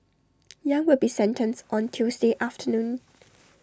yang will be sentenced on Tuesday afternoon